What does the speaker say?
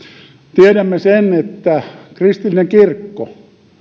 tiedämme sen että kristillinen kirkko